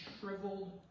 shriveled